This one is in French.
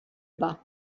bat